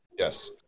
Yes